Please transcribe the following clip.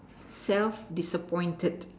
self disappointed